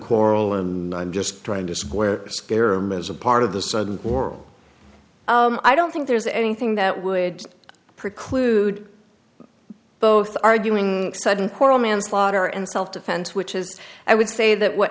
quarrel and i'm just trying to square scarem as a part of the sudden or i don't think there's anything that would preclude both arguing sudden quarrel manslaughter and self defense which is i would say that what